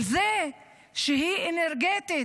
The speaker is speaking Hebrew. על זה שהיא אנרגטית,